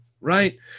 right